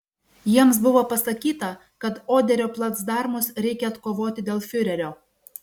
jiems buvo pasakyta kad oderio placdarmus reikia atkovoti dėl fiurerio